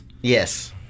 yes